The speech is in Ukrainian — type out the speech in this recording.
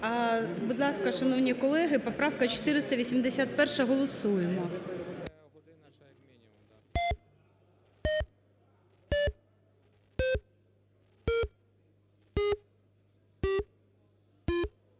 Будь ласка, шановні колеги, поправка 481-а. Голосуємо.